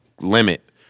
limit